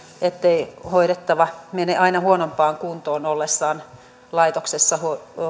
ettei hoidettava mene aina huonompaan kuntoon ollessaan laitoksessa